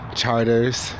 charters